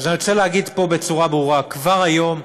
אני רוצה להגיד פה בצורה ברורה: כבר היום,